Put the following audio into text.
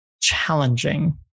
challenging